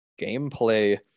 gameplay